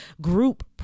group